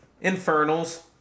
Infernals